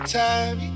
time